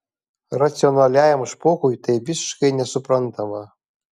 racionaliajam špokui tai visiškai nesuprantama